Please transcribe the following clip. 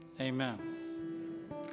Amen